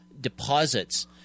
deposits